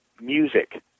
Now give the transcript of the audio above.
music